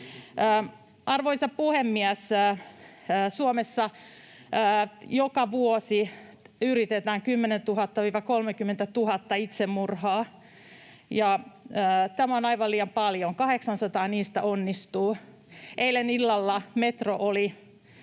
Arvoisa puhemies! Suomessa yritetään joka vuosi 10 000:ta—30 000:ta itsemurhaa, ja tämä on aivan liian paljon. 800 niistä onnistuu. Eilen illalla metro oli